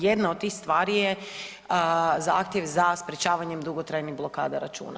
Jedna od tih stvari je zahtjev za sprječavanjem dugotrajnih blokada računa.